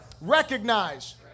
recognize